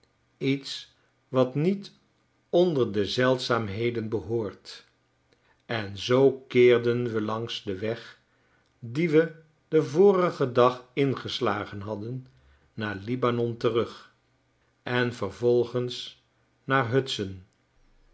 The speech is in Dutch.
iets wat niet onder de zeldzaamheden behoort en zoo keerden we langs den weg dien we den vorigen oag ingeslagen hadden naar libanon terug en vervolgens naar hudson